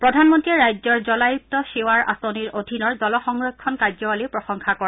প্ৰধানমন্ত্ৰীয়ে ৰাজ্যৰ জলায়ুক্ত চিৱাৰ আঁচনিৰ অধীনৰ জল সংৰক্ষণ কাৰ্যাৱলীৰ প্ৰশংসা কৰে